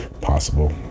possible